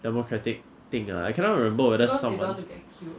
democratic thing ah I cannot remember whether someone